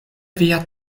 via